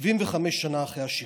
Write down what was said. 75 שנה אחרי השחרור.